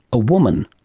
a woman?